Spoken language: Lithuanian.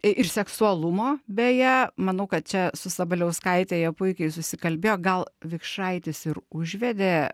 ir seksualumo beje manau kad čia su sabaliauskaite jie puikiai susikalbėjo gal vikšraitis ir užvedė